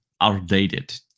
outdated